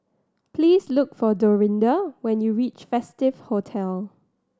please look for Dorinda when you reach Festive Hotel